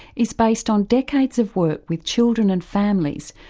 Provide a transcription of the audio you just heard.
is based on decades of work with children and families,